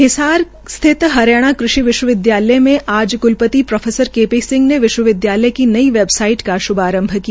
हिसार स्थित हरियाणा कृषि विश्वविद्यालय में आज क्लपति के पी सिंह ने विश्वविद्यालय की नई वेबसाइट का श्भारंभ किया